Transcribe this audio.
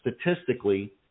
statistically